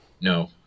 No